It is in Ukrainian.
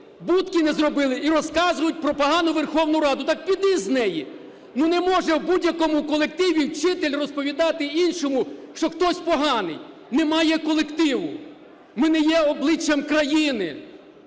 будки не зробили, і розказують про погану Верховну Раду. Так піди з неї. Ну, не може в будь-якому колективі вчитель розповідати іншому, що хтось поганий. Немає колективу. Ми не є обличчям країни.